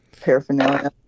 paraphernalia